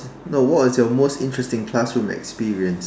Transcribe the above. no what was your most interesting classroom experience